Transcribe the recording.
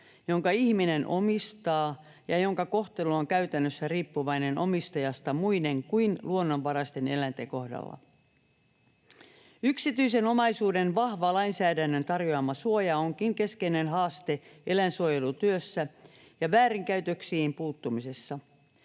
jonka ihminen omistaa ja jonka kohtelu on käytännössä riippuvainen omistajasta muiden kuin luonnonvaraisten eläinten kohdalla. Yksityisen omaisuuden vahva lainsäädännön tarjoama suoja onkin keskeinen haaste eläinsuojelutyössä ja väärinkäytöksiin puuttumisessa.